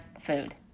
food